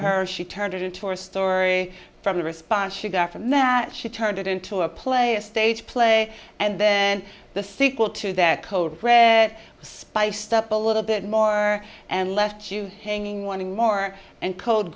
her she turned it into a story from the response she got from that she turned it into a play a stage play and then the sequel to that cold spiced up a little bit more and left you hanging wanting more and cold